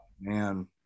Man